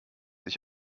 ich